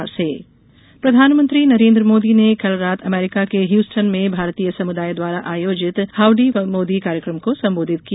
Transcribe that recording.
मोदी यात्रा प्रधानमंत्री नरेन्द्र मोदी ने कल रात अमरीका के हयूस्टन में भारतीय समुदाय द्वारा आयोजित हाउडी मोदी कार्यक्रम को संबोधित किया